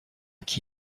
qui